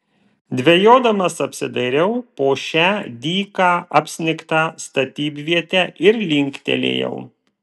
dvejodamas apsidairiau po šią dyką apsnigtą statybvietę ir linktelėjau